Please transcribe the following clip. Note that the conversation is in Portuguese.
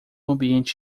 ambiente